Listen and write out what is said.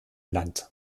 land